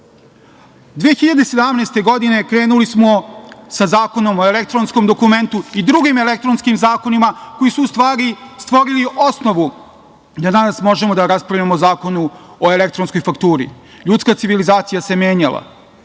2017. krenuli smo sa Zakonom o elektronskom dokumentu i drugim elektronskim zakonima koji su u stvari stvorili osnovu da danas možemo da raspravljamo o zakonu o elektronskoj fakturi. Ljudska civilizacija se menjala